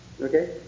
Okay